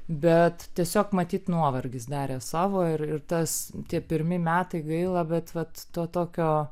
bet tiesiog matyt nuovargis darė savo ir ir tas tie pirmi metai gaila bet vat to tokio